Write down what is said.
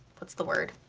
what's the word.